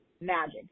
Magic